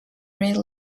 grade